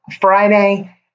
Friday